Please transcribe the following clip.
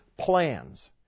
plans